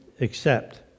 accept